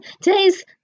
Today's